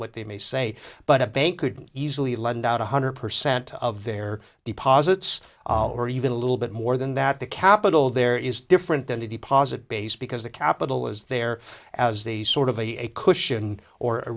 what they may say but a bank could easily lend out one hundred percent of their deposits or even a little bit more than that the capital there is different than the deposit base because the capital is there as they sort of a a cushion or a